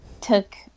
took